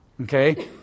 okay